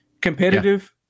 competitive